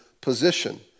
position